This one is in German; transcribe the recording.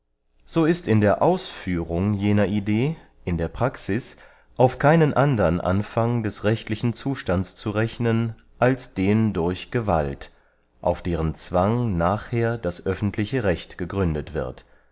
so ist in der ausführung jener idee in der praxis auf keinen andern anfang des rechtlichen zustandes zu rechnen als den durch gewalt auf deren zwang nachher das öffentliche recht gegründet wird